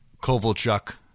Kovalchuk